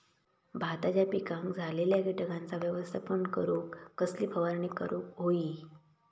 भाताच्या पिकांक झालेल्या किटकांचा व्यवस्थापन करूक कसली फवारणी करूक होई?